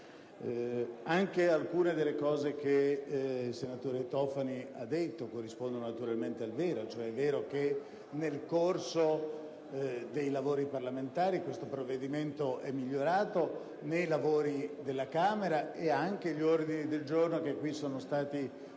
Alcune delle cose che il senatore Tofani ha detto corrispondono naturalmente al vero: è vero, ad esempio, che nel corso dei lavori parlamentari questo provvedimento è migliorato, sia nei lavori della Camera ma anche gli ordini del giorno che qui sono stati